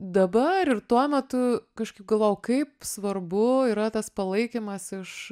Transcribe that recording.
dabar ir tuo metu kažkaip galvojau kaip svarbu yra tas palaikymas iš